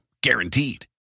Guaranteed